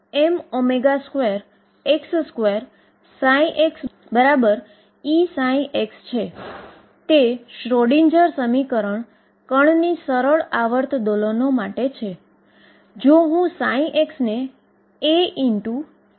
તેથી આપણે એવી આશા રાખી શકીએ કે ઉકેલો બધે જ ફાઈનાઈટ હોયψ દરેક જગ્યાએ સતત રહે અને dψdx સમીકરણ બધે કન્ટીન્યુઅસ અને ફાઈનાઈટ રહે